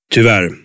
Tyvärr